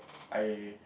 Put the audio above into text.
I